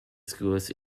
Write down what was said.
schools